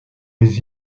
les